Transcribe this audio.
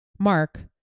Mark